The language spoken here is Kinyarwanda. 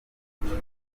prophet